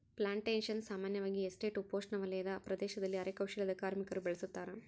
plantations ಸಾಮಾನ್ಯವಾಗಿ estate ಉಪೋಷ್ಣವಲಯದ ಪ್ರದೇಶದಲ್ಲಿ ಅರೆ ಕೌಶಲ್ಯದ ಕಾರ್ಮಿಕರು ಬೆಳುಸತಾರ